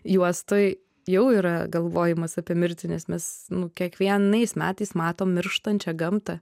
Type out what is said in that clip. juostoj jau yra galvojimas apie mirtį nes mes nu kiekvienais metais matom mirštančią gamtą